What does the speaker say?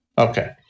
Okay